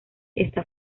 está